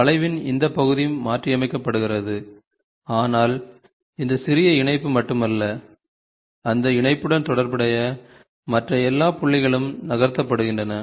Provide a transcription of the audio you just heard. வளைவின் இந்த பகுதி மாற்றியமைக்கப்படுகிறது ஆனால் இந்த சிறிய இணைப்பு மட்டுமல்ல அந்த இணைப்புடன் தொடர்புடைய மற்ற எல்லா புள்ளிகளும் நகர்த்தப்படுகின்றன